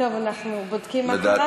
טוב, אנחנו בודקים מה קרה?